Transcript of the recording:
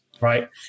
right